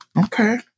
Okay